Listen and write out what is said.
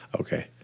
Okay